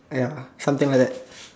uh ya something like that